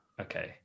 okay